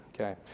Okay